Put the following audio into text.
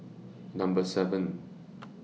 Number seven